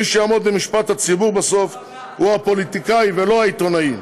מי שיעמוד למשפט הציבור בסוף הוא הפוליטיקאי ולא העיתונאי.